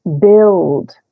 build